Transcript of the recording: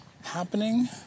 happening